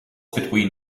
between